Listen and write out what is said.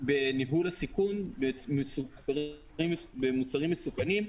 בניהול הסיכון במוצרים מסוכנים.